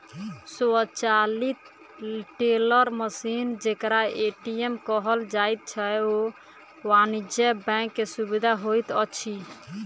स्वचालित teller machine जेकरा ATM कहल जाइत छै, ओ वाणिज्य बैंक के सुविधा होइत अछि